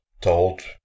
told